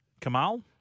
Kamal